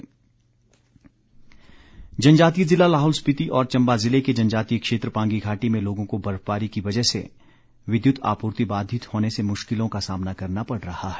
मांग जनजातीय जिला लाहौल स्पिति और चंबा जिले के जनजातीय क्षेत्र पांगी घाटी में लोगों को बर्फबारी की वजह से विद्युत आपूर्ति बाधित होने से मुश्किलों का सामना करना पड़ रहा है